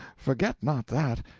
forget not that,